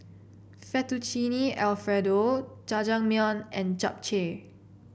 Fettuccine Alfredo Jajangmyeon and Japchae